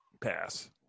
pass